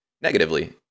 negatively